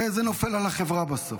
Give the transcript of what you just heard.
זה נופל על החברה בסוף.